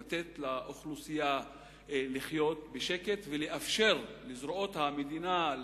לתת לאוכלוסייה לחיות בשקט ולאפשר לזרועות המדינה,